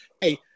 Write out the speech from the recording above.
hey –